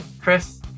Chris